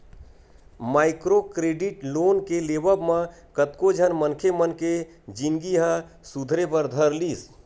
micro credit loan के लेवब म कतको झन मनखे मन के जिनगी ह सुधरे बर धर लिस